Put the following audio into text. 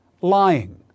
Lying